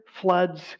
floods